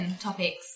topics